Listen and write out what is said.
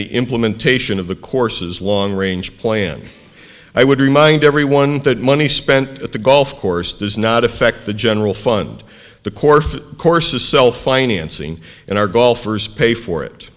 the implementation of the courses long range plan i would remind everyone that money spent at the golf course does not affect the general fund the course of course is self financing and our golfers pay for it